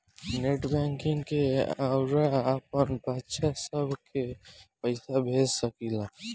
net banking से रउआ आपन बच्चा सभ के पइसा भेज सकिला